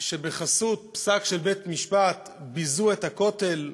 שבחסות פסק של בית-משפט ביזו את הכותל,